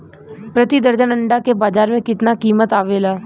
प्रति दर्जन अंडा के बाजार मे कितना कीमत आवेला?